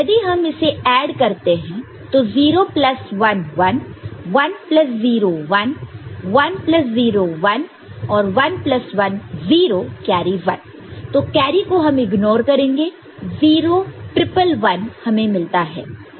यदि हम इसे ऐड करते हैं तो 0 plus 1 1 1 plus 0 1 1 plus 0 1 1 plus 1 0 carry 1 तो कैरी को हम इग्नोर करेंगे 0 1 1 1 हमें मिलता है